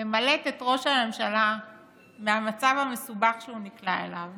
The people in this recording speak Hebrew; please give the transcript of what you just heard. למלט את ראש הממשלה מהמצב המסובך שהוא נקלע אליו